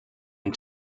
and